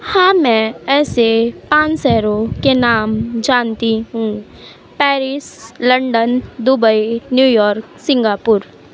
हाँ मैं ऐसे पाँच शहरों के नाम जानती हूँ Paris London Dubai New York Singapore